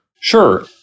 Sure